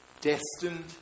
destined